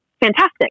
fantastic